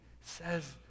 says